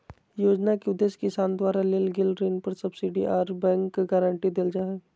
योजना के उदेश्य किसान द्वारा लेल गेल ऋण पर सब्सिडी आर बैंक गारंटी देल जा हई